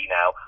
now